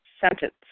sentence